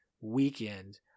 weekend